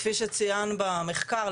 כפי שצויין במחקר,